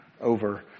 over